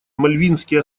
мальвинские